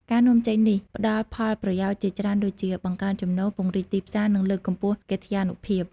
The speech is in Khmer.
ការនាំចេញនេះផ្ដល់ផលប្រយោជន៍ជាច្រើនដូចជា បង្កើនចំណូល ពង្រីកទីផ្សារ និងលើកកម្ពស់កិត្យានុភាព។